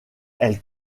elle